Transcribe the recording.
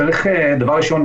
דבר ראשון,